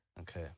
Okay